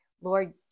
Lord